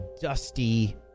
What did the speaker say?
dusty